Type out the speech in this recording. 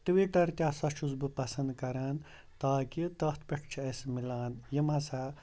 Twitter تہِ ہسا چھُس بہٕ پَسَنٛد کَران تاکہِ تَتھ پٮ۪ٹھ چھِ اَسہِ میلان یِم ہسا